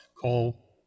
call